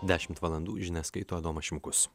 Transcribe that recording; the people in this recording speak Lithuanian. dešimt valandų žinias skaito adomas šimkus